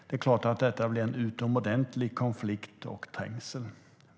Det är klart att det kommer att bli en utomordentlig konflikt och trängsel.